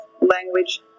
language